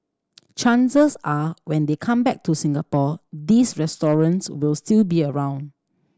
chances are when they come back to Singapore these will still be around